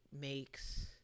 makes